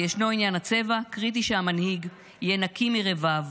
וישנו עניין הצבע: קריטי שהמנהיג יהיה נקי מרבב",